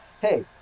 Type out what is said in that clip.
hey